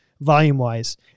volume-wise